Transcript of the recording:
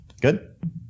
Good